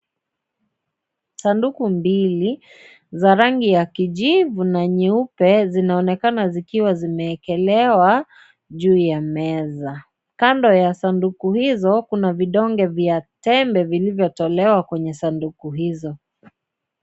Sanduku mbili za rangi ya kijivu na nyeupe zinaonekana zikiwa zimeekelewa juu ya meza, kando ya sanduku hizo Kuna vidonge vya tembe vilivyo tolewa kwenye sanduku hizi .